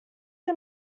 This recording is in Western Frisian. der